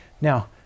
Now